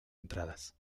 entradas